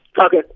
Okay